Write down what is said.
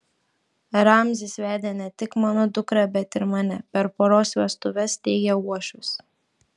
ramzis vedė ne tik mano dukrą bet ir mane per poros vestuves teigė uošvis